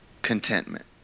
Contentment